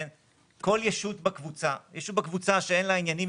כל ישות בקבוצה ישות בקבוצה שאין לה עניינים